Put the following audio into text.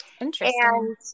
Interesting